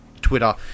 Twitter